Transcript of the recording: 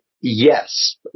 yes